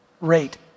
rate